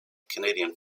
canadian